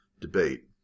debate